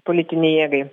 politinei jėgai